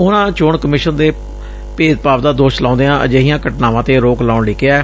ਉਨੂਾ ਚੋਣ ਕਮਿਸ਼ਨ ਤੇ ਭੇਦਭਾਵ ਦਾ ਦੋਸ਼ ਲਾਉਦਿਆਂ ਅਜਿਹੀਆਂ ਘਟਨਾਵਾਂ ਤੇ ਰੋਕ ਲਾਉਣ ਲਈ ਕਿਹੈ